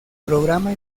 programa